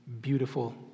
beautiful